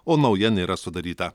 o nauja nėra sudaryta